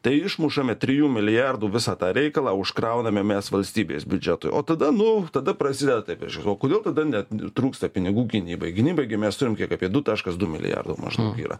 tai išmušame trijų milijardų visą tą reikalą užkrauname mes valstybės biudžetui o tada nu tada prasideda taip reiškias o kodėl tada net trūksta pinigų gynybai gynybai gi mes turime kiek apie du taškas du milijardo maždaug yra